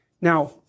Now